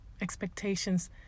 Expectations